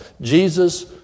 Jesus